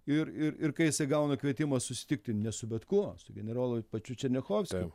ir ir ir kai jisai gauna kvietimą susitikti ne su bet kuo su generolui pačiu černiachovskiu